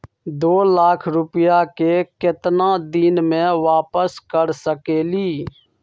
दो लाख रुपया के केतना दिन में वापस कर सकेली?